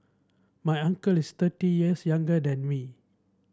my uncle is thirty years younger than me